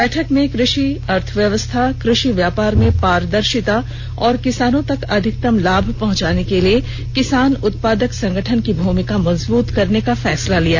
बैठक में कृषि अर्थव्यवस्था कृषि व्यापार में पारदर्शिता और किसानों तक अधिकतम लाभ पहुंचाने के लिए किसान उत्पादक संगठन की भूमिका मजबूत करने का फैसला किया गया